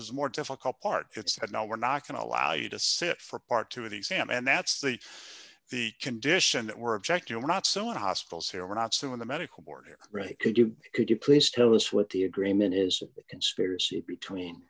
is more difficult part it said no we're not going to allow you to sit for part two of the exam and that's the the condition that we're objecting not so what hospitals here we're not suing the medical board here really could you could you please tell us what the agreement is a conspiracy between